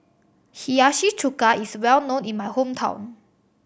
Hiyashi Chuka is well known in my hometown